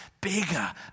bigger